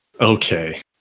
Okay